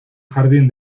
jardín